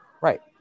Right